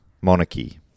monarchy